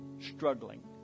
struggling